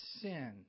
sin